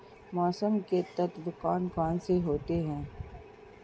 मौसम के तत्व कौन कौन से होते हैं?